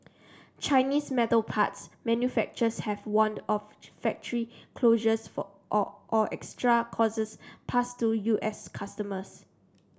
Chinese metal parts manufacturers have warned of factory closures for or or extra costs passed to U S customers